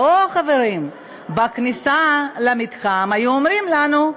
לא, חברים, בכניסה למתחם היו אומרים לנו: